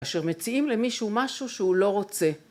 כאשר מציעים למישהו משהו שהוא לא רוצה